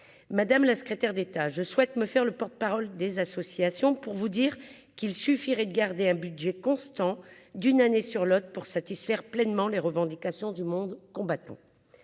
madame la secrétaire d'État, je souhaite me faire le porte-parole des associations pour vous dire qu'il suffirait de garder un budget constant d'une année sur l'autre pour satisfaire pleinement les revendications du monde combattant,